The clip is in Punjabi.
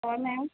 ਔਰ ਮੈਮ